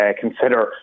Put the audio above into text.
consider